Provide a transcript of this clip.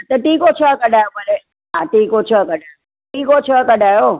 त टीं खां छह कढायो भले हा टीं खां छह कढायो टीं खां छह कढायो